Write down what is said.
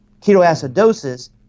ketoacidosis